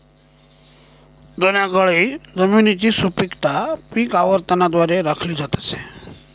जुन्या काळी जमिनीची सुपीकता पीक आवर्तनाद्वारे राखली जात असे